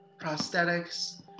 prosthetics